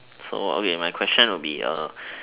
so okay my question will be